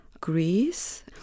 greece